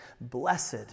Blessed